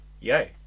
Yo